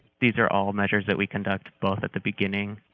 these are all measures that we conduct both at the beginning,